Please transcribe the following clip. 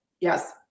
Yes